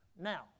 Now